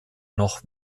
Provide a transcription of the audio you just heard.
noch